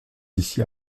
ici